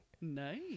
nice